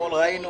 אתמול ראינו